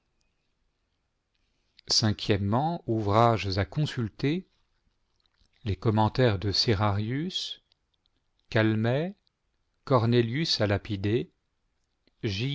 ouvrages à consulter les commentaires de serarius calmet cornélius a lapide